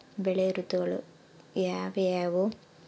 ಬೆಳೆ ಋತುಗಳು ಯಾವ್ಯಾವು?